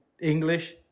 English